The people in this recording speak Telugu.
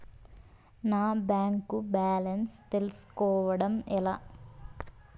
నా బ్యాంకు బ్యాలెన్స్ తెలుస్కోవడం ఎలా?